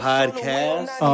Podcast